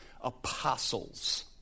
apostles